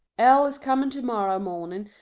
l. is coming to-morrow morning,